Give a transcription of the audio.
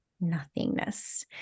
nothingness